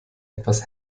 etwas